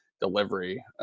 delivery